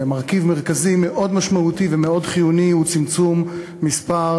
מרכיב מרכזי מאוד משמעותי ומאוד חיוני הוא צמצום מספר